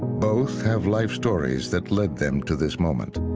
both have life stories that led them to this moment.